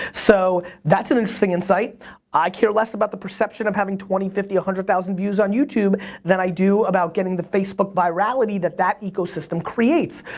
so that's an interesting insight i care less about the perception of having twenty, fifty, one hundred thousand views on youtube than i do about getting the facebook virality that that ecosystem creates.